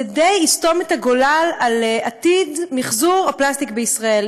זה די יסתום את הגולל על עתיד מחזור הפלסטיק בישראל.